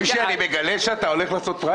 אני מציע שנאשר את זה.